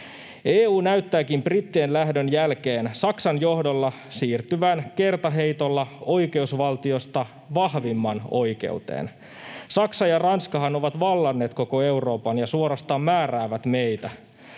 EU näyttääkin brittien lähdön jälkeen Saksan johdolla siirtyvän kertaheitolla oikeusvaltiosta vahvimman oikeuteen. Saksa ja Ranskahan ovat vallanneet koko Euroopan ja suorastaan määräävät meitä,